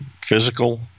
physical